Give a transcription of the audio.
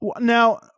Now